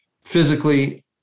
physically